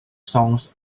songs